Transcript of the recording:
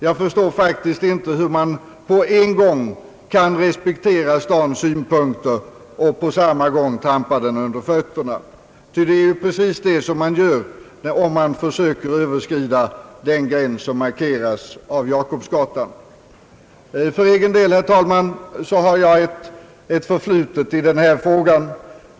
Jag förstår faktiskt inte hur man kan respektera stadens synpunkter och på samma gång trampa dem under fötterna, ty det är just det man gör om man överskrider den gräns som markeras av Jakobsgatan. För egen del, herr talman, har jag ett förflutet i denna fråga.